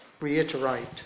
reiterate